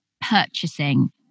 purchasing